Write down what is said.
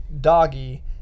doggy